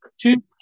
Two